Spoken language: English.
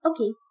Okay